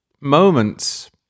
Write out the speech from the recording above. moments